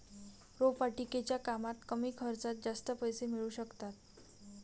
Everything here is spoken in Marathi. रोपवाटिकेच्या कामात कमी खर्चात जास्त पैसे मिळू शकतात